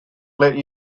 let